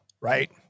right